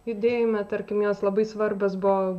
judėjime tarkim jos labai svarbios buvo